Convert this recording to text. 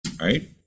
right